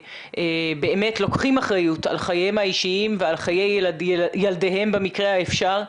שבאמת לוקחים אחריות על חייהם האישיים ועל חיי ילדיהם במקרה האפשר,